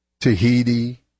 Tahiti